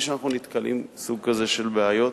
שאנחנו נתקלים בו בסוג כזה של בעיות.